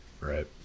Right